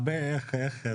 כן.